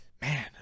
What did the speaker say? Man